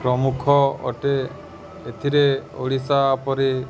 ପ୍ରମୁଖ ଅଟେ ଏଥିରେ ଓଡ଼ିଶା ପରେ